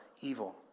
evil